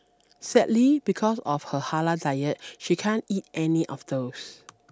sadly because of her halal diet she can't eat any of those